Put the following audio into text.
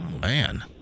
Man